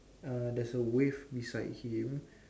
err there's a wave beside him